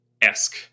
esque